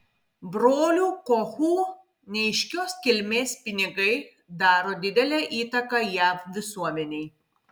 brolių kochų neaiškios kilmės pinigai daro didelę įtaką jav visuomenei